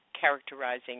characterizing